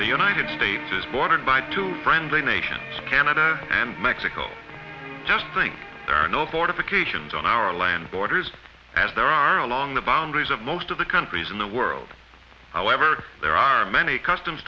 the united states is bordered by two friendly nations canada and mexico just think there are no fortifications on our land borders as there are along the boundaries of most of the countries in the world however there are many customs